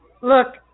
Look